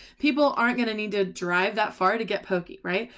people aren't going to need to drive that far to get poke, right.